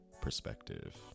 perspective